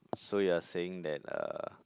so you are saying that uh